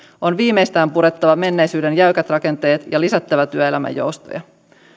on viimeistään purettava menneisyyden jäykät rakenteet ja lisättävä työelämän joustoja